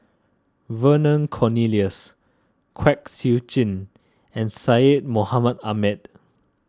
Vernon Cornelius Kwek Siew Jin and Syed Mohamed Ahmed